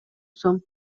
сом